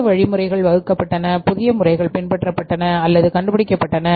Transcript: புதிய வழிமுறைகள் வகுக்கப்பட்டுள்ளன புதிய முறைகள் பின்பற்றப்பட்டுள்ளன அல்லது கண்டுபிடிக்கப்பட்டுள்ளன